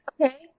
Okay